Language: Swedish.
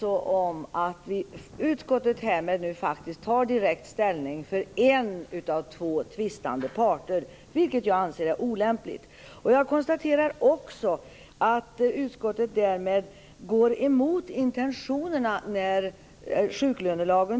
Ronny Olander. Utskottet tar härmed nu faktiskt direkt ställning för en av två tvistande parter, vilket jag anser är olämpligt. Jag konstaterar också att utskottet därmed går emot intentionerna i sjuklönelagen.